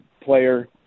player